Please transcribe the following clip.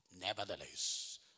Nevertheless